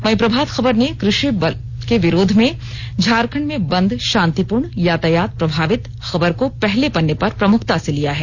वहीं प्रभात खबर ने कृषि बल के विरोध में झारखंड में बंद शांतिपूर्ण यातायात प्रभावित खबर को पहले पन्ने पर प्रमुखता से लिया है